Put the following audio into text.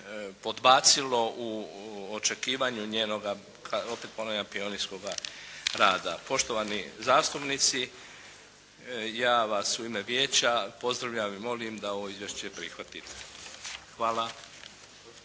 podbacilo u očekivanju njenoga opet moram ponoviti pionirskoga rada. Poštovani zastupnici, ja vas u ime vijeća pozdravljam i molim da ovo izvješće prihvatite. Hvala.